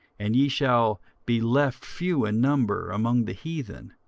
and ye shall be left few in number among the heathen,